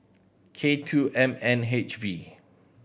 K two M N H V